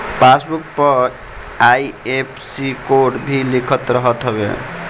passbook पअ IFSC code भी लिखल रहत हवे